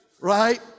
right